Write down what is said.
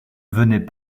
venaient